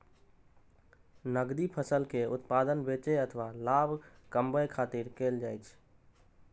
नकदी फसल के उत्पादन बेचै अथवा लाभ कमबै खातिर कैल जाइ छै